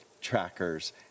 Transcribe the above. trackers